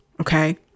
Okay